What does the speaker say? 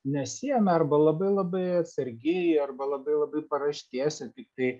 nesiėmė arba labai labai atsargiai arba labai labai paraštėse tiktai